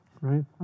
right